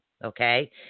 Okay